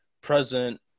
present